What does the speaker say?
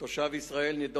תושב ישראל,